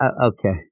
Okay